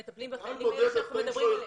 הם מטפלים בחיילים עליהם אנחנו מדברים.